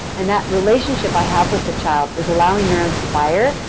and that relationship i have with the child is allowing neurons to fire,